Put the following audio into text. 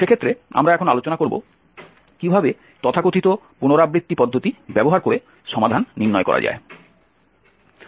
সেক্ষেত্রে আমরা এখন আলোচনা করব কিভাবে তথাকথিত পুনরাবৃত্তি পদ্ধতি ব্যবহার করে সমাধান নির্ণয় করা যায়